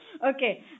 Okay